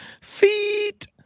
feet